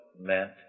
meant